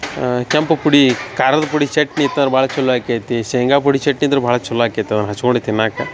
ಕೆಂಪು ಪುಡಿ ಖಾರದ ಪುಡಿ ಚಟ್ನಿ ಇತ್ತಂದ್ರ ಭಾಳ ಚಲೋ ಆಕ್ಯೆತಿ ಶೇಂಗ ಪುಡಿ ಚಟ್ನಿ ಇದ್ರ ಭಾಳ ಚಲೊ ಆಕ್ಯೆತಿ ಅದನ್ನ ಹಚ್ಕೊಂಡೆ ತಿನ್ನಾಕೆ